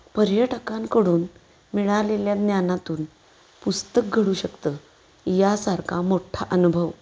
पर्यटकांकडून मिळालेल्या ज्ञानातून पुस्तक घडू शकतं यासारखा मोठ्ठा अनुभव